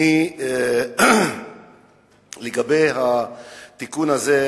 לגבי התיקון הזה,